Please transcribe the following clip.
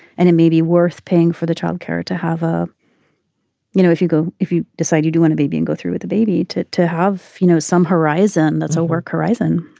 and it may be worth paying for the childcare to have a you know if you go if you decide you do want to be being go through with the baby to to have you know some horizon that's a work horizon.